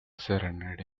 serenade